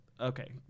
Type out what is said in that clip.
Okay